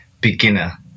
beginner